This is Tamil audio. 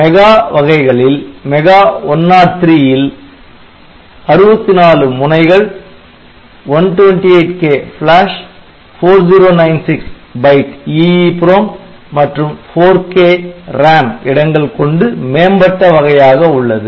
MEGA வகைகளில் MEGA103 ல் 64 முனைகள் 128 K ப்ளாஷ் 4096 பைட் EEPROM மற்றும் 4K RAM இடங்கள் கொண்டு மேம்பட்ட வகையாக உள்ளது